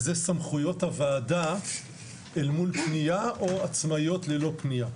וזה סמכויות הוועדה מול פנייה או עצמאיות ללא פנייה.